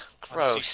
gross